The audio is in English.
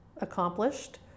accomplished